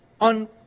On